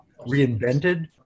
reinvented